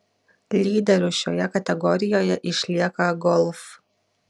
lyderiu šioje kategorijoje išlieka golf